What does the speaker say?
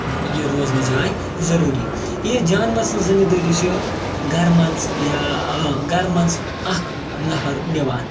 یہِ روزنٕچ جاے ضٔروٗری یہِ جاناوَار سٕنٛز ذِمہٕ دٲری چھِ گَرٕ منٛزٕ یا آ گَرٕ منٛزٕ اَکھ نفر نِوان